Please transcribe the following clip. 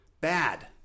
bad